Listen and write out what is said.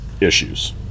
issues